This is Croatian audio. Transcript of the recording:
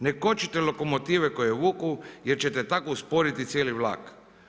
Ne kočite lokomotive koje vuku, jer ćete tako usporiti cijeli vlak.